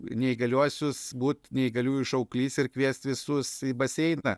neįgaliuosius būt neįgaliųjų šauklys ir kviest visus į baseiną